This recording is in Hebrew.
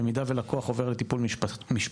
במידה ולקוח עובר לטיפול משפטי,